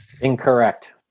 Incorrect